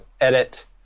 edit